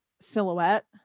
silhouette